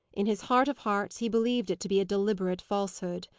in his heart of hearts he believed it to be a deliberate falsehood.